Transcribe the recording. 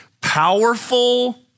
powerful